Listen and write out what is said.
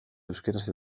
euskaraz